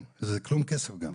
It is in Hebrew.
כן וזה כלום כסף גם.